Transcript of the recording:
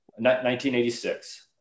1986